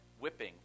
whipping